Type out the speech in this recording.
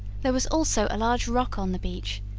there was also a large rock on the beach,